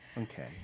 Okay